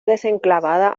desenclavada